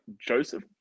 Joseph